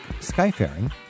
Skyfaring